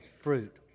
fruit